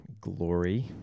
glory